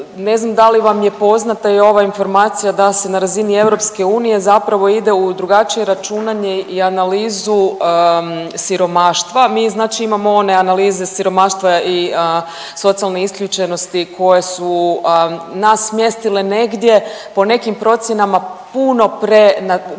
Ne znam da li vam je poznata i ova informacija da se na razini EU zapravo ide u drugačije računanje i analizu siromaštva. Mi znači imamo one analize siromaštva i socijalne isključenosti koje su nas smjestile negdje po nekim procjenama puno pre, na